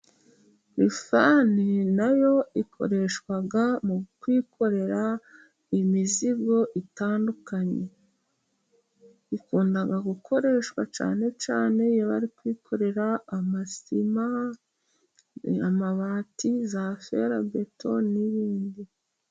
Rifani nayo ikoreshwa mu kwikorera imizigo itandukanye. Ikunda gukoreshwa cyane cyane bari kwikorera amasima ,amabati ,za ferabeto n'ibindi.